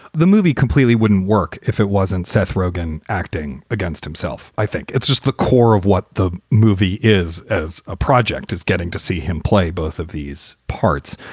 the movie completely wouldn't work if it wasn't seth rogen acting against himself. i think it's just the core of what the movie is as a project is getting to see him play both of these parts.